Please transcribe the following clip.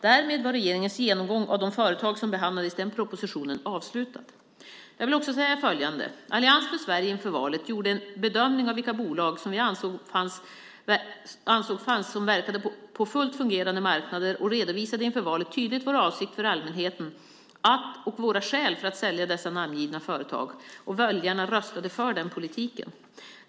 Därmed var regeringens genomgång av de företag som behandlades i den propositionen avslutad. Jag vill också säga följande. Allians för Sverige gjorde inför valet en bedömning av vilka bolag som vi ansåg verkade på fullt fungerande marknader och redovisade inför valet tydligt vår avsikt för allmänheten och våra skäl för att sälja dessa namngivna företag - väljarna röstade för den politiken.